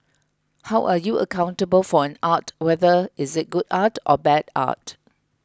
how are you accountable for an art whether is it good art or bad art